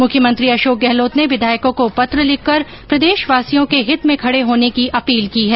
म्ख्यमंत्री अशोक गहलोत ने विधायकों को पत्र लिखकर प्रदेशवासियो के हित में खड़े होने की अपील की है